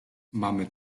mamy